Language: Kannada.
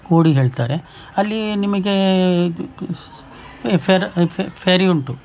ಕೋಡಿ ಹೇಳ್ತಾರೆ ಅಲ್ಲಿ ನಿಮಗೆ ಇದು ಫ್ಯಾರಾ ಫೇರಿ ಉಂಟು